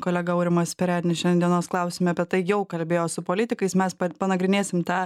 kolega aurimas perednis šiandienos klausiame apie tai jau kalbėjo su politikais mes panagrinėsim tą